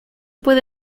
puede